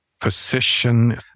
position